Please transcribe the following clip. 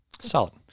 Solid